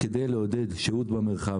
כדי לעודד שהות במרחב.